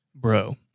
Bro